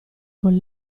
con